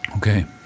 Okay